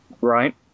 Right